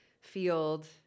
field